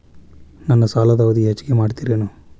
ನನ್ನ ಸಾಲದ ಅವಧಿ ಹೆಚ್ಚಿಗೆ ಮಾಡ್ತಿರೇನು?